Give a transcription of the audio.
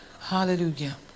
Hallelujah